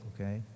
okay